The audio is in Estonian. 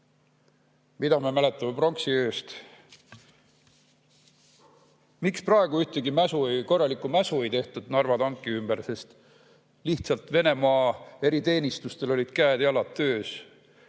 Mida me mäletame pronksiööst? Miks praegu ühtegi korralikku mäsu ei tehtud Narva tanki ümber? Sest lihtsalt Venemaa eriteenistustel olid käed-jalad tööd